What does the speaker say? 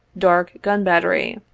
dark gun battery,